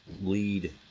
lead